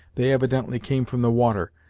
they evidently came from the water,